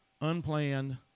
unplanned